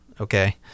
okay